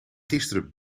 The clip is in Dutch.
gisteren